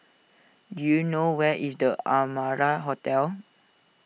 do you know where is the Amara Hotel